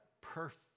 perfect